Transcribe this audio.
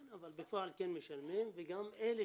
כן, אבל בפועל כן משלמים וגם אלה